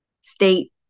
state